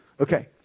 Okay